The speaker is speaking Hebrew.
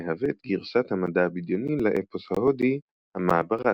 המהווה את גרסת המדע הבדיוני לאפוס ההודי המהאבאראטה.